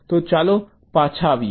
તો ચાલો પાછા આવીએ